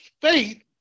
faith